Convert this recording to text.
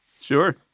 Sure